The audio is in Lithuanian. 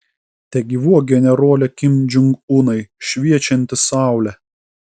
tegyvuok generole kim jong unai šviečianti saule